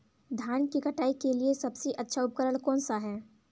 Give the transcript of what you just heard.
धान की कटाई के लिए सबसे अच्छा उपकरण कौन सा है?